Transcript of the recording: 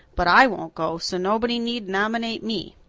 but i won't go, so nobody need nominate me.